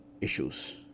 issues